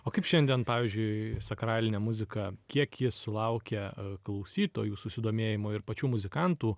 o kaip šiandien pavyzdžiui sakralinė muzika kiek ji sulaukia klausytojų susidomėjimo ir pačių muzikantų